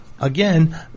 again